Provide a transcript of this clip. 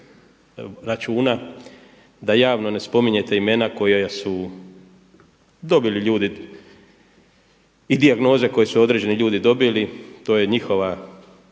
računa da javno ne spominjete imena koja su dobili ljudi i dijagnoze koje su određeni ljudi dobili, to je njihova